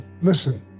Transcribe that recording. listen